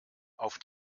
auf